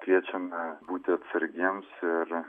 kviečiame būti atsargiems ir